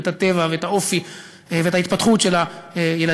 את הטבע ואת האופי ואת ההתפתחות של הילדים,